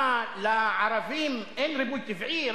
לערבים אין ריבוי טבעי?